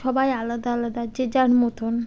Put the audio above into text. সবাই আলাদা আলাদা যে যার মতোন